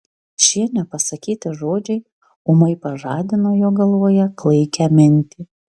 šie nepasakyti žodžiai ūmai pažadino jo galvoje klaikią mintį